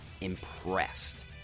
impressed